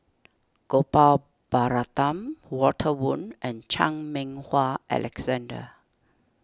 Gopal Baratham Walter Woon and Chan Meng Wah Alexander